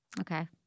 Okay